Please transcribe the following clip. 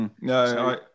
No